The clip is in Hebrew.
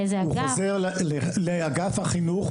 לאיזה אגף הוא פונה?) הוא חוזר לאגף החינוך.